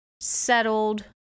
settled